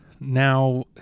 Now